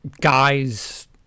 guys